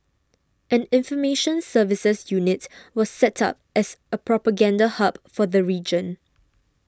an information services unit was set up as a propaganda hub for the region